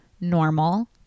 normal